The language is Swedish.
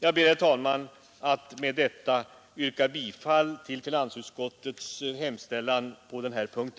Jag ber, herr talman, att med detta få yrka bifall till finansutskottets hemställan på denna punkt.